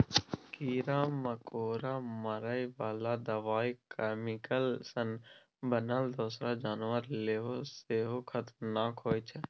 कीरा मकोरा मारय बला दबाइ कैमिकल सँ बनल दोसर जानबर लेल सेहो खतरनाक होइ छै